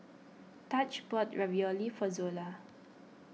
Taj bought Ravioli for Zola